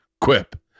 Quip